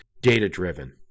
data-driven